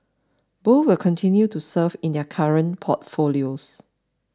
both will continue to serve in their current portfolios